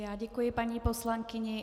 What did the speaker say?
Já děkuji paní poslankyni.